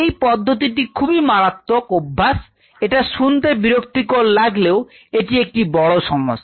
এই পদ্ধতিটি খুবই মারাত্মক অভ্যাস এটা শুনতে বিরক্তিকর লাগলেও এটি একটি বড় সমস্যা